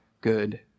good